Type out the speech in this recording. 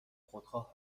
خودخواه